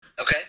Okay